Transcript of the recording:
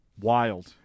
wild